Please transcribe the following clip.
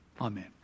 Amen